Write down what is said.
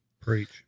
Preach